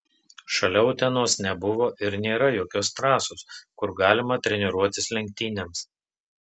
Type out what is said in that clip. šalia utenos nebuvo ir nėra jokios trasos kur galima treniruotis lenktynėms